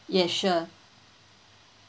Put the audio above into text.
ya sure